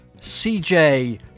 CJ